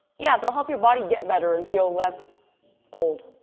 yeah, they'll help your body get better and feel less old.